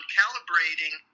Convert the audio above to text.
calibrating